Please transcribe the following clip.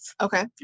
okay